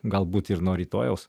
galbūt ir nuo rytojaus